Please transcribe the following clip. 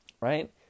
right